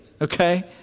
Okay